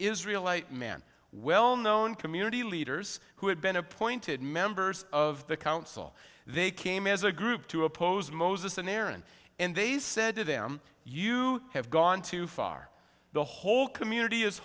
israel a man well known community leaders who had been appointed members of the council they came as a group to oppose moses and aaron and they said to them you have gone too far the whole community is